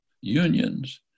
unions